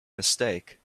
mistake